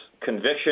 conviction